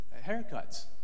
haircuts